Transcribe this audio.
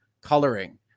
coloring